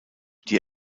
die